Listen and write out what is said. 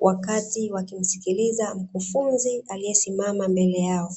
wakati wakimsikiliza mkufunzi aliyesimama mbele yao.